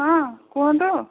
ହଁ କୁହନ୍ତୁ